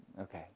okay